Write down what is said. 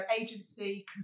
agency